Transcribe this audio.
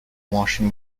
washing